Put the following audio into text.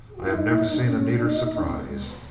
i have never seen a neater surprise.